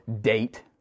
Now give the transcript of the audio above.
date